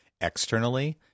externally